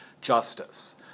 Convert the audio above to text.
justice